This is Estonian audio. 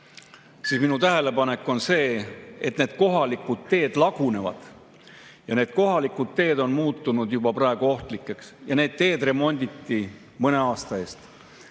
siis minu tähelepanek on see, et need kohalikud teed lagunevad. Need kohalikud teed on muutunud juba praegu ohtlikuks, kuigi need remonditi mõne aasta eest.